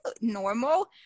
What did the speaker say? normal